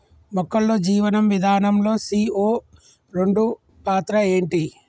మొక్కల్లో జీవనం విధానం లో సీ.ఓ రెండు పాత్ర ఏంటి?